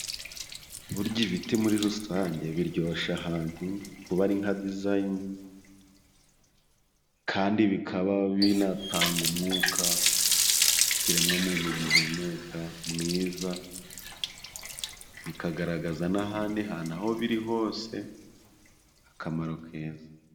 Burya ibiti muri rusange biryoshya ahantu. Kuba ari nka dizayini kandi bikaba binatanga umwuka ikiremwamuntu gihumeka mwiza, bikagaragaza n'ahandi hantu aho biri hose akamaro keza.